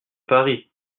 paris